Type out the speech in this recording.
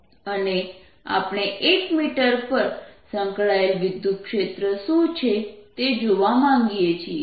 અને આપણે 1 મીટર પર સંકળાયેલ વિદ્યુત ક્ષેત્ર શું છે તે જોવા માંગીએ છીએ